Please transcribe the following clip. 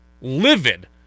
livid